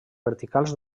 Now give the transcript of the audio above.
verticals